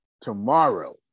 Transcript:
tomorrow